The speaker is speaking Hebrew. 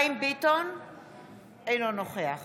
אינו נוכח